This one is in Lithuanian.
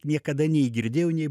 niekada nei girdėjau nei